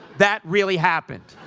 that really happened.